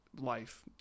life